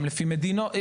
מדינות,